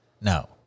No